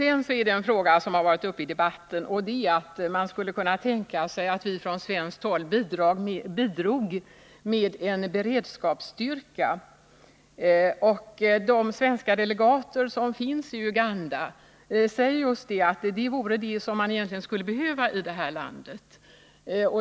En fråga som varit uppe i debatten är att man skulle kunna tänka sig att vi från svenskt håll bidrog med en beredskapsstyrka. De svenska delegater som finns i Uganda säger att det är vad man egentligen skulle behöva i det landet.